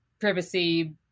privacy